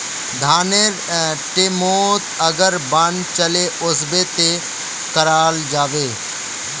धानेर टैमोत अगर बान चले वसे ते की कराल जहा?